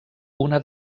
una